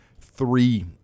three